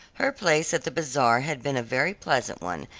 her place at the bazaar had been a very pleasant one,